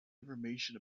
information